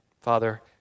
Father